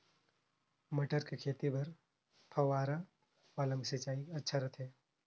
मटर के खेती बर फव्वारा वाला सिंचाई अच्छा रथे?